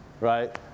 right